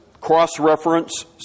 cross-reference